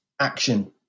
action